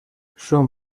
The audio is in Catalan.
són